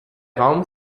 raum